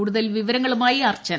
കൂടുതൽ വിവരങ്ങളുമായി അർച്ചന